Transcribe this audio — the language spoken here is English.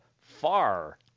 far